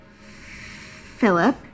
Philip